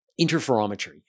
interferometry